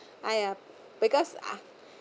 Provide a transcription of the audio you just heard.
!aiya! because uh